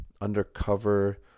undercover